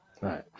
Right